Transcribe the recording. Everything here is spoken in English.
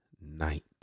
Night